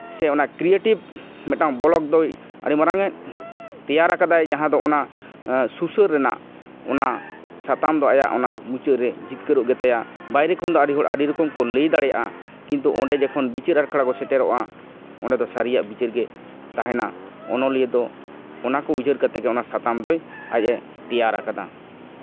ᱥᱮ ᱠᱨᱤᱭᱮᱴᱤᱵᱷ ᱢᱤᱫᱴᱟᱝ ᱵᱚᱞᱠ ᱫᱚ ᱟᱹᱰᱤ ᱢᱟᱨᱟᱝ ᱮ ᱛᱮᱭᱟᱨ ᱠᱟᱫᱟᱭ ᱡᱟᱦᱟᱸ ᱫᱚ ᱚᱱᱟ ᱥᱩᱥᱟᱹᱨ ᱨᱮᱱᱟᱜ ᱚᱱᱟ ᱥᱟᱛᱟᱢ ᱫᱚ ᱟᱭᱟᱜ ᱚᱱᱟ ᱢᱩᱪᱟᱹᱫᱨᱮ ᱡᱤᱛᱠᱟᱹᱨᱚᱜ ᱜᱮᱛᱟᱭᱟ ᱵᱟᱭᱨᱮ ᱠᱷᱚᱱ ᱫᱚ ᱟᱹᱰᱤ ᱦᱚᱲ ᱟᱹᱰᱤ ᱨᱚᱠᱚᱢ ᱠᱚ ᱞᱟᱹᱭ ᱫᱟᱲᱮᱭᱟᱜᱼᱟ ᱠᱤᱱᱛᱩ ᱚᱸᱰᱮ ᱡᱚᱠᱷᱚᱱ ᱵᱤᱪᱟᱹᱨ ᱟᱠᱷᱲᱟ ᱠᱚ ᱥᱮᱴᱮᱨᱚᱜᱼᱟ ᱚᱸᱰᱮ ᱫᱚ ᱥᱟᱹᱨᱤᱭᱟᱜ ᱵᱤᱪᱟᱹᱨ ᱜᱮ ᱛᱟᱦᱮᱱᱟ ᱚᱱᱚᱞᱤᱭᱟᱹ ᱫᱚ ᱚᱱᱟ ᱠᱚ ᱩᱭᱦᱟᱹᱨ ᱠᱟᱛᱮ ᱜᱮ ᱚᱱᱟ ᱥᱟᱛᱟᱢ ᱫᱚ ᱟᱡ ᱮ ᱛᱮᱭᱟᱨ ᱟᱠᱟᱫᱟ